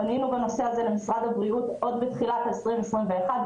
פנינו בנושא הזה למשרד הבריאות עוד בתחילת 2021,